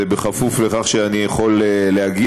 זה בכפוף לכך שאני יכול להגיע.